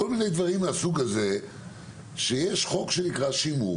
כל מיני דברים מהסוג הזה שיש חוק שנקרא שימור